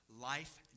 life